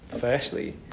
firstly